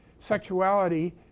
sexuality